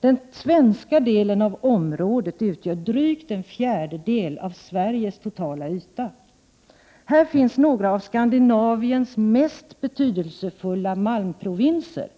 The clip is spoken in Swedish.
Den svenska delen av området utgör drygt en fjärdedel av Sveriges totala yta. Här finns några av Skandinaviens mest betydelsefulla malmprovinser.